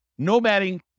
nomading